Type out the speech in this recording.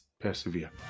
persevere